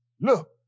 Look